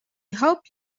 hope